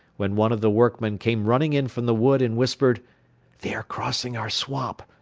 when one of the workmen came running in from the wood and whispered they are crossing our swamp.